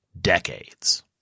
decades